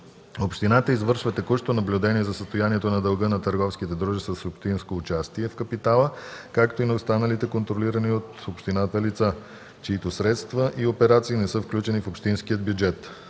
Общината извършва текущо наблюдение за състоянието на дълга на търговските дружества с общинско участие в капитала, както и на останалите контролирани от общината лица, чиито средства и операции не са включени в общинския бюджет.”